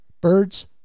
Birds